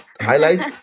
highlight